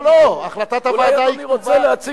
לא, לא, החלטת הוועדה היא כתובה.